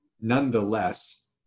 nonetheless